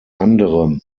anderem